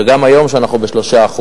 וגם היום, כשאנחנו ב-3%,